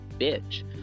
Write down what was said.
bitch